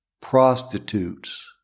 prostitutes